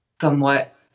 somewhat